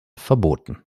verboten